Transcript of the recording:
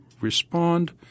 respond